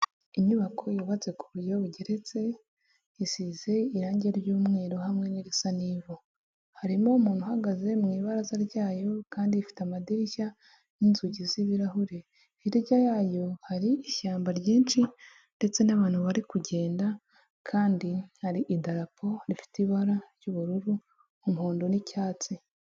Inyubako yubatse ku buryo bugeretse isize irangi ry'umweru hamwe n'isara nk'ivu harimo umuntu uhagaze mu ibara ryayo kandi ifite amadirishya n'inzugi z'ibirahure. Hirya yayo hari ishyamba ryinshi ndetse n'abantu bari kugenda kandi hari idarapo rifite ibara ry'ubururu , umuhondo n'icyatsi.